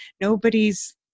Nobody's